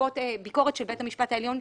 בעקבות ביקורת של בית המשפט העליון,